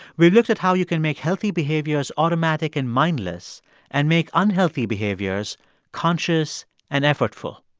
we've looked at how you can make healthy behaviors automatic and mindless and make unhealthy behaviors conscious and effortful.